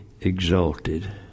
exalted